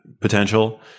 potential